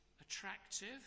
attractive